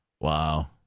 Wow